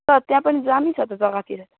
sir त्यहाँ पनि दामी छ त जग्गातिर